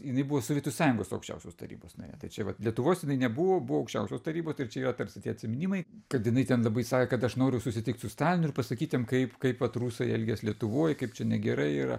jinai buvo sovietų sąjungos aukščiausios tarybos narė tai čia vat lietuvos jinai nebuvo buvo aukščiausios tarybos ir čia yra tarsi tie atsiminimai kad jinai ten labai sakė kad aš noriu susitikt su stalinu ir pasakyt kaip kaip vat rusai elgias lietuvoj kaip čia negerai yra